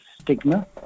stigma